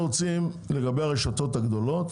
אנחנו רוצים לגבי הרשתות הגדולות